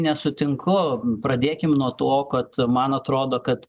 nesutinku pradėkim nuo to kad man atrodo kad